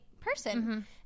person